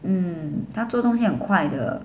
hmm 她做东西很快的